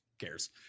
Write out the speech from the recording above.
cares